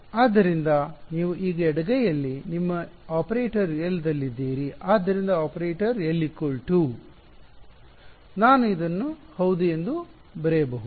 ಆದ್ದರಿಂದ ನೀವು ಈಗ ಎಡಗೈಯಲ್ಲಿ ನಿಮ್ಮ ಆಪರೇಟರ್ L ದಲ್ಲಿದ್ದೀರಿ ಆದ್ದರಿಂದ ಆಪರೇಟರ್ ನಾನು ಇದನ್ನು ಹೌದು ಎಂದು ಬರೆಯಬಹುದು